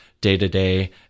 day-to-day